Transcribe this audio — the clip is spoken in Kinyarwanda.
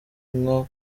nko